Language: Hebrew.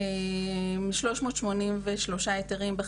383 היתרים.